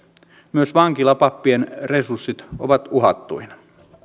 myös vankilapappien resurssit ovat uhattuina